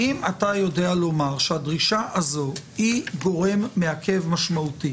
האם אתה יודע לומר שהדרישה הזו היא גורם מעכב משמעותי?